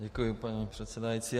Děkuji, paní předsedající.